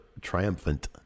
triumphant